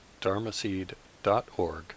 dharmaseed.org